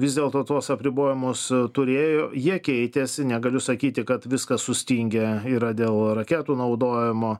vis dėlto tuos apribojimus turėjo jie keitėsi negaliu sakyti kad viskas sustingę yra dėl raketų naudojimo